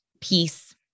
peace